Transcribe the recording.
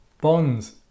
bonds